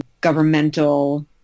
governmental